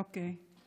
אוקיי.